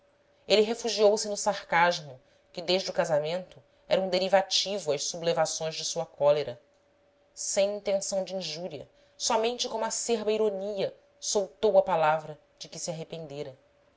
ressurgiu ele refugiou-se no sarcasmo que desde o casamento era um derivativo às sublevações de sua cólera sem intenção de injúria somente como acerba ironia soltou a palavra de que se arrependera